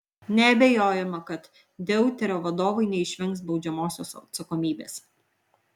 neabejojama kad deuterio vadovai neišvengs baudžiamosios atsakomybės